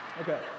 Okay